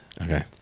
Okay